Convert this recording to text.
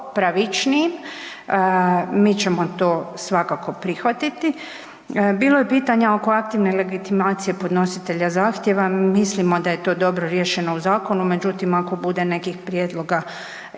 pravičnijim, mi ćemo to svakako prihvatiti. Bilo je pitanja oko aktivne legitimacije podnositelja zahtjeva, mislimo da je to dobro riješeno u zakonu, međutim ako bude nekih prijedloga